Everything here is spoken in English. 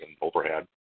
overhead